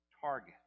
target